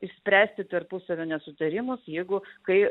išspręsti tarpusavio nesutarimus jeigu kai